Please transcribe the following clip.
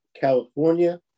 California